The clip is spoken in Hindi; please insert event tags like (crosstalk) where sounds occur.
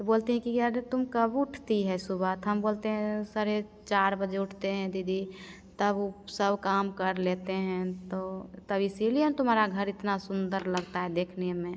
बोलती हैं कि (unintelligible) तुम कब उठती है सुबह तो हम बोलते हैं साढ़े चार बजे उठते हैं दीदी तब उ सब काम कर लेते हैं तो तब इसीलिए ना तुम्हारा घर इतना सुंदर लगता है देखने में